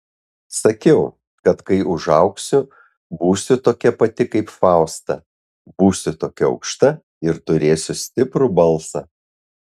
sakiau kad kai užaugsiu būsiu tokia pati kaip fausta būsiu tokia aukšta ir turėsiu stiprų balsą